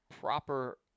proper